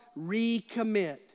recommit